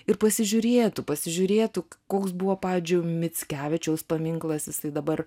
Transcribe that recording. ir pasižiūrėtų pasižiūrėtų koks buvo pavyzdžiui mickevičiaus paminklas jisai dabar